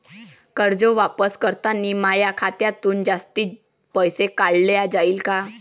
कर्ज वापस करतांनी माया खात्यातून जास्तीचे पैसे काटल्या जाईन का?